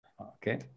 okay